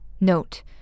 Note